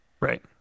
Right